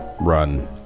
run